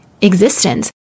existence